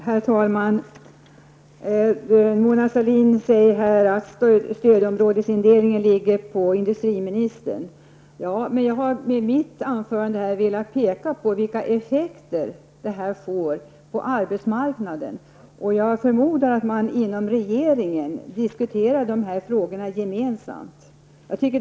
Herr talman! Mona Sahlin säger att ansvaret för stödområdesindelningen ligger på industriministern. Ja, men jag har med mitt anförande här velat peka på effekterna i detta sammanhang på arbetsmarknaden. Jag förmodar att man inom regeringen gemensamt diskuterar dessa saker.